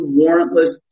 warrantless